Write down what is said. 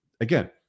Again